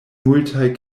multaj